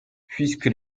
puisque